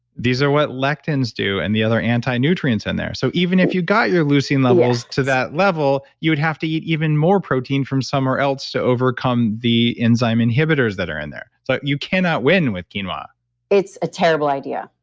these are what lectins do and the other anti-nutrients in there. so, even if you got your leucine levels to that level, you would have to eat even more protein from somewhere else to overcome the enzyme inhibitors that are in there. but so you cannot win with quinoa it's a terrible idea.